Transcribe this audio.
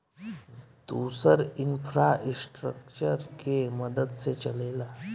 दुसर इन्फ़्रास्ट्रकचर के मदद से चलेला